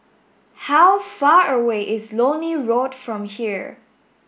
how far away is Lornie Road from here